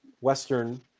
Western